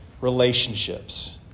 relationships